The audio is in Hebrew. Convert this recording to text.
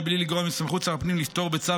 מבלי לגרוע מסמכות שר הפנים לפטור בצו